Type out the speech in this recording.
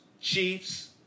Chiefs